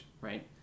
right